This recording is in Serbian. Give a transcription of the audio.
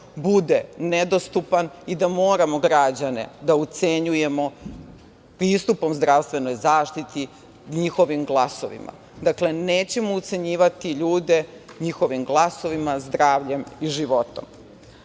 bude nedostupan i da moramo građane da ucenjujemo pristupom zdravstvenoj zaštiti njihovim glasovima. Dakle, nećemo ucenjivati ljude njihovim glasovima, zdravljem i životom. Takođe,